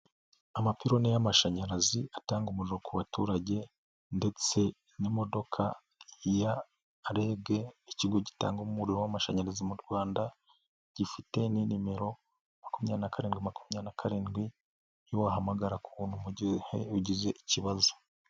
Amapironi y'amashanyarazi atanga umuriro ku baturage ndetse n'imodoka ya rege, ikigo gitanga umuriro w'amashanyarazi mu Rwanda, gifite ni inimero makumyabiri na karindwi , makumyabiri na karindwi, iyo wahamagara ku buntu mu gihe ugize ikibazo.